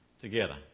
together